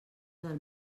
del